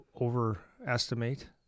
overestimate